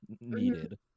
needed